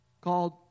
called